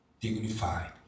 dignified